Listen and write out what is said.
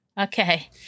Okay